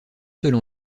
seule